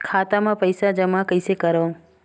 खाता म पईसा जमा कइसे करव?